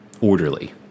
orderly